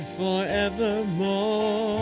forevermore